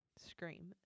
scream